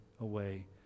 away